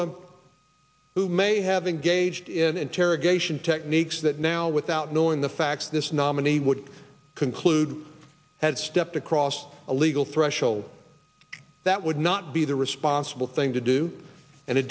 who may have engaged in interrogation techniques that now without knowing the facts this nominee would conclude had stepped across a legal threshold that would not be the responsible thing to do and